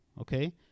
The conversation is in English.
okay